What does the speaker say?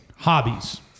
Hobbies